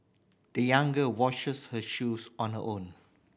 the young girl washes her shoes on her own